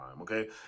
Okay